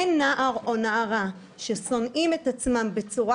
אין נער או נערה ששונאים את עצמם בצורה